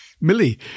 Millie